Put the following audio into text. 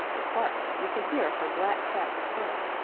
but hark! you can hear her black cat's purr,